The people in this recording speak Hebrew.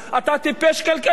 אתה טיפש כלכלי.